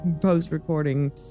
post-recording